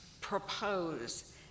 propose